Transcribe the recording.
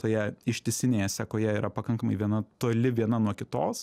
toje ištisinėje sekoje yra pakankamai viena toli viena nuo kitos